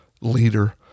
leader